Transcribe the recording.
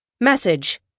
Message